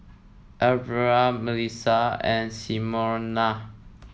Alvira Mellisa and Simona